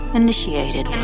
initiated